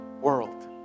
world